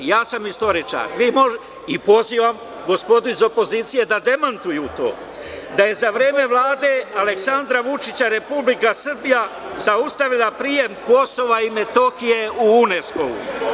Ja sam istoričar i pozivam gospodu iz opozicije da demantuju to da je za vreme Vlade Aleksandra Vučića Republika Srbija zaustavila prijem KiM u UNESKO.